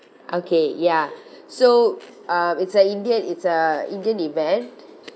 okay ya so um it's an indian it's a indian event